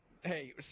Hey